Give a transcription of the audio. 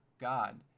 God